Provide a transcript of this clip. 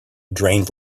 drained